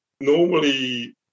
Normally